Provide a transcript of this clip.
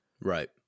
Right